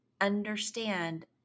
Understand